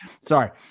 Sorry